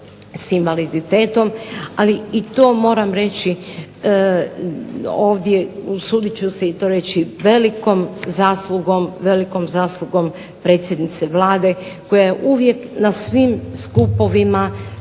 sa invaliditetom. Ali i to moram reći ovdje, usudit ću se i to reći velikom zaslugom predsjednice Vlade koja je uvijek na svim skupovima